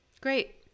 great